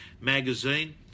Magazine